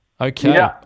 Okay